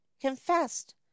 confessed